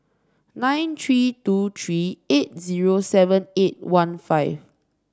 nine three two three eight zero seven eight one five